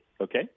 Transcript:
Okay